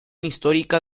histórica